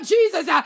Jesus